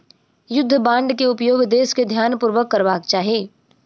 युद्ध बांड के उपयोग देस के ध्यानपूर्वक करबाक चाही